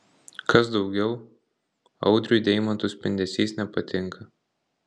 kas daugiau audriui deimantų spindesys nepatinka